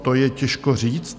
To je těžko říct.